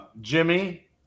Jimmy